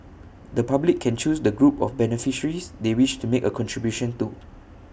the public can choose the group of beneficiaries they wish to make A contribution to